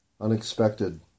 unexpected